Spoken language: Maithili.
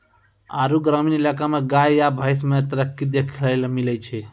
आरु ग्रामीण इलाका मे गाय या भैंस मे तरक्की देखैलै मिलै छै